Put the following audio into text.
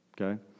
Okay